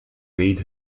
made